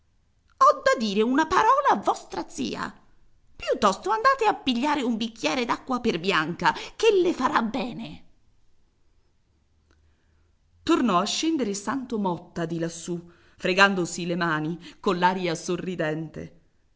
ho da dire una parola a vostra zia piuttosto andate a pigliare un bicchiere d'acqua per bianca che le farà bene tornò a scendere santo motta di lassù fregandosi le mani coll'aria sorridente